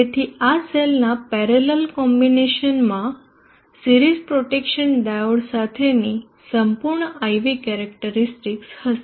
તેથી આ સેલના પેરેલલ કોમ્બિનેશનમાં સિરીઝ પ્રોટેક્શન ડાયોડ સાથેની સંપૂર્ણ IV કેરેક્ટરીસ્ટિકસ હશે